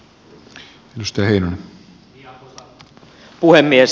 arvoisa puhemies